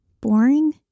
boring